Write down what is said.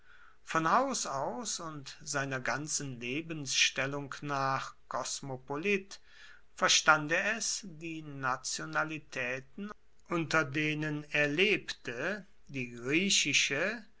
von haus aus und seiner ganzen lebensstellung nach kosmopolit verstand er es die nationalitaeten unter denen er lebte die griechische